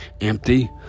empty